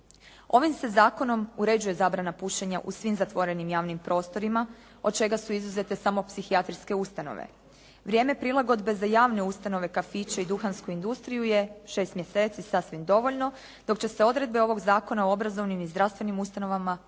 Ovim se zakonom uređuje zabrana pušenja u svim zatvorenim javnim prostorima od čega su izuzete samo psihijatrijske ustanove. Vrijeme prilagodbe za javne ustanove, kafiće i duhansku industriju je 6 mjeseci sasvim dovoljno dok će se odredbe ovog zakona o obrazovnim i zdravstvenim ustanovama početi